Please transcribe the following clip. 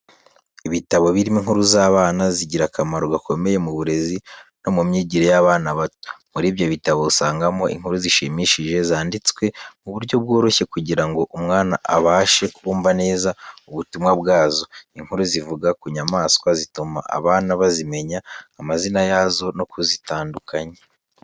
Ibitabo birimo inkuru z'abana zigira akamaro gakomeye mu burezi no mu myigire y'abana bato. Muri ibyo bitabo usangamo inkuru zishimishije zanditswe mu buryo bworoshye, kugira ngo umwana abashe kumva neza ubutumwa bwazo, inkuru zivuga ku nyamanswa, zituma abana bazimenya amazina yazo no kuzitandukanya.